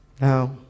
Now